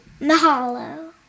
Mahalo